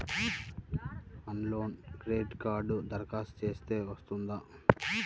ఆన్లైన్లో క్రెడిట్ కార్డ్కి దరఖాస్తు చేస్తే వస్తుందా?